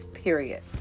Period